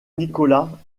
nicolas